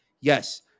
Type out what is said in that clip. yes